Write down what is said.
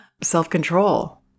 self-control